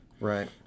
Right